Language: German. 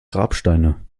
grabsteine